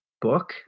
book